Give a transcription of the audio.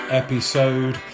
episode